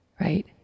right